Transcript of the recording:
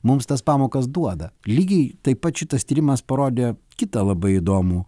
mums tas pamokas duoda lygiai taip pat šitas tyrimas parodė kitą labai įdomų